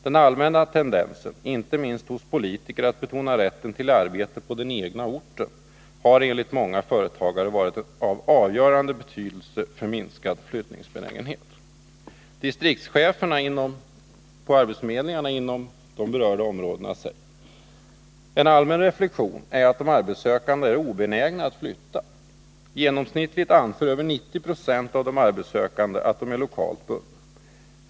Den allmänna tendensen, inte minst hos politiker, att betona rätten till arbete på den egna orten har enligt många företagare varit av avgörande betydelse för minskad flyttningsbenägenhet.” Distriktscheferna på arbetsförmedlingarna inom de berörda områdena säger: ”En allmän reflektion är att de arbetssökande är obenägna att flytta. Genomsnittligt anför över 90 procent av de arbetssökande att de är lokalt bundna.